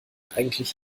eigentlich